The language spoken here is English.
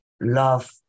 love